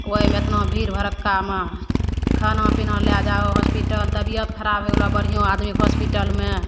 ओहिमे एतना भीड़ भड़क्कामे खाना पिना लै जाहो हॉसपिटल तबिअत खराब होइ गेलै बढ़िओँ आदमीके हॉसपिटलमे